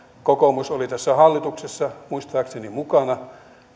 kokoomus oli tässä hallituksessa muistaakseni mukana